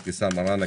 אבתיסאם מראענה,